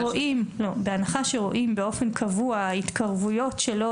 בהנחה שרואים באופן קבוע התקרבויות שלו